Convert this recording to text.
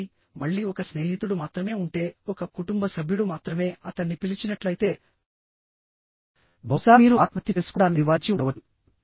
కాబట్టిమళ్ళీ ఒక స్నేహితుడు మాత్రమే ఉంటే ఒక కుటుంబ సభ్యుడు మాత్రమే అతన్ని పిలిచినట్లయితేబహుశా మీరు ఆత్మహత్య చేసుకోవడాన్ని నివారించి ఉండవచ్చు